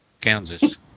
Kansas